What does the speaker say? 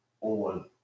on